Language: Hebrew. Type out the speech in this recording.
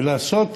לעשות